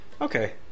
Okay